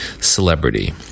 celebrity